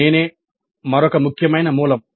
నేనే మరొక ముఖ్యమైన మూలం